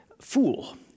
fool